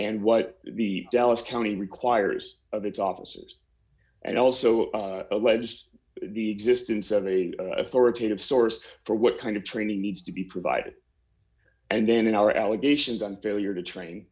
and what the dallas county requires of its officers and also alleged the existence of an authoritative source for what kind of training needs to be provided and then in our allegations on failure to train